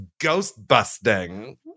ghost-busting